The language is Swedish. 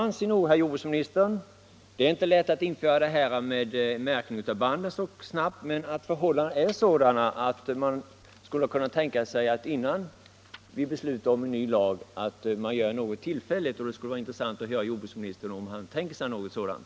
Det är ju inte lätt att införa detta med märkning av banden så snabbt. Men jag anser att förhållandena är sådana att man borde kunna tänka sig att göra något tillfälligt, innan vi beslutar om en ny lag, och det skulle vara intressant att höra om jordbruksministern har tänkt sig något sådant.